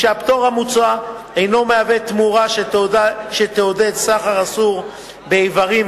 היא שהפטור המוצע אינו מהווה תמורה שתעודד סחר אסור באיברים,